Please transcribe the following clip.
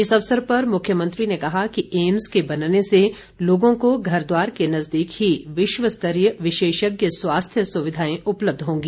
इस अवसर पर मुख्यमंत्री ने कहा कि एम्स के बनने से लोगों को घर द्वार के नजदीक ही विश्वस्तरीय विशेषज्ञ स्वास्थ्य सुविधाएं उपलब्ध होंगी